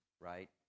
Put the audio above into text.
right